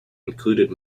included